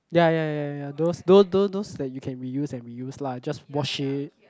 ya ya ya ya those those those like you can reuse and reuse lah just wash it